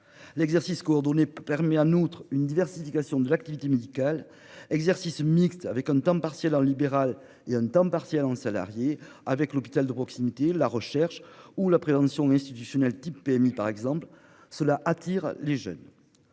L'exercice coordonné permis en outre une diversification de l'activité médicale exercice mixte avec un temps partiel en libéral, il a un temps partiel le salarié avec l'hôpital de proximité, la recherche ou la prévention institutionnel type PMI par exemple cela attire les jeunes.